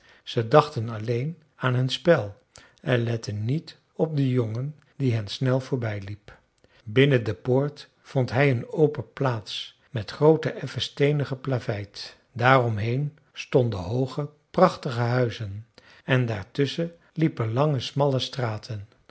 ze dachten alleen aan hun spel en letten niet op den jongen die hen snel voorbij liep binnen de poort vond hij een open plaats met groote effen steenen geplaveid daaromheen stonden hooge prachtige huizen en daartusschen liepen lange smalle straten